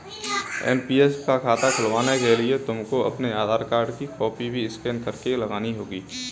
NPS का खाता खुलवाने के लिए तुमको अपने आधार कार्ड की कॉपी भी स्कैन करके लगानी होगी